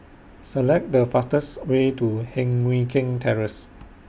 Select The fastest Way to Heng Mui Keng Terrace